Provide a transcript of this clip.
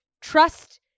trust